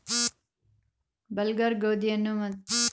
bulgur ಗೋಧಿಯನ್ನು ಮಧ್ಯಮ ಗಾತ್ರದಲ್ಲಿ ಮಿಲ್ಲು ಮಾಡಿಸಿ ಬಳ್ಸತ್ತರೆ